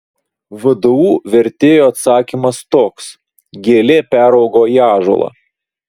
vdu vertėjo atsakymas toks gilė peraugo į ąžuolą